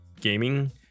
gaming